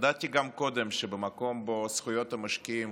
ידעתי גם קודם שבמקום שבו זכויות המשקיעים